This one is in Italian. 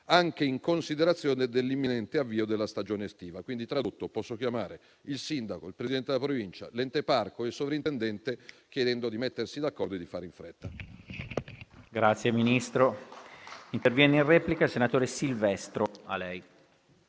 anche in considerazione dell'imminente avvio della stagione estiva. Quindi, tradotto, posso chiamare il sindaco, il Presidente della Provincia, l'ente parco e il soprintendente, chiedendo loro di mettersi d'accordo e di fare in fretta.